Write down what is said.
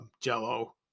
Jell-O